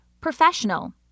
professional